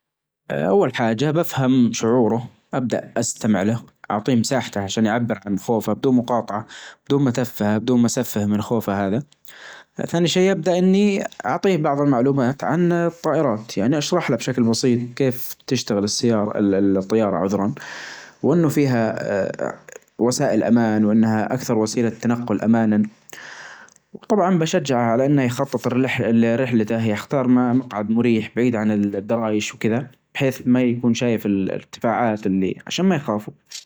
أول حاجة بفهم شعوره ابدأ أستمع له أعطيه مساحته عشان يعبر عن خوفه بدون مقاطعة بدون ما تفهه بدون ما اسفه من خوفه هذا، ثاني شي يبدأ إني أعطيه بعظ المعلومات عن الطائرات يعني أشرح له بشكل بسيط كيف تشتغل السيارة ال-الطيارة عذرا وأنه فيها وسائل أمان وأنها أكثر وسيلة تنقل أماناً، وطبعا بشجعه على أنه يخطط لرح-لرحلته يختار مقعد مريح بعيد عن الدرايش وكدا بحيث ما يكون شايف الارتفاعات اللي عشان ما يخاف.